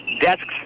Desks